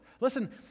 Listen